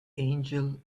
angel